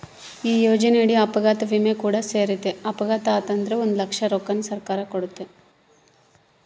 ಈ ಯೋಜನೆಯಡಿ ಅಪಘಾತ ವಿಮೆ ಕೂಡ ಸೇರೆತೆ, ಅಪಘಾತೆ ಆತಂದ್ರ ಒಂದು ಲಕ್ಷ ರೊಕ್ಕನ ಸರ್ಕಾರ ಕೊಡ್ತತೆ